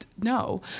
no